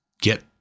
get